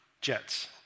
jets